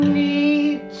need